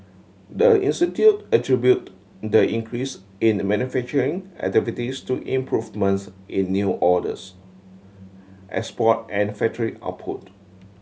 the institute attributed the increase in a manufacturing activities to improvements in new orders export and factory output